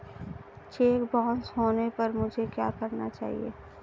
Check bounce होने पर मुझे क्या करना चाहिए?